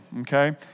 okay